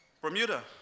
Bermuda